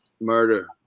murder